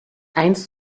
eins